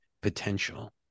potential